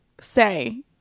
say